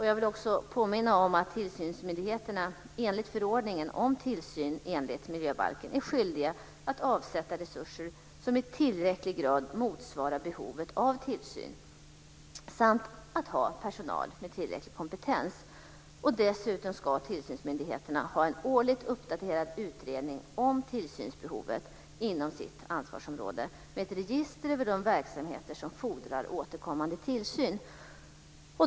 Jag vill också påminna om att tillsynsmyndigheterna enligt förordningen om tillsyn enligt miljöbalken är skyldiga att avsätta resurser som i tillräcklig grad motsvarar behovet av tillsyn samt ha personal med tillräcklig kompetens. Dessutom ska tillsynsmyndigheterna ha en årligt uppdaterad utredning om tillsynsbehovet inom sitt ansvarsområde med ett register över de verksamheter som fordrar återkommande tillsyn.